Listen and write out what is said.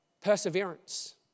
Perseverance